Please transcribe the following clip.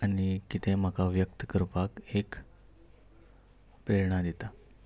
आनी कितें म्हाका व्यक्त करपाक एक प्रेरणा दिता